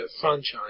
franchise